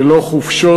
ללא חופשות.